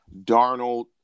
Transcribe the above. Darnold